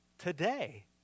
today